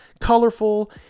colorful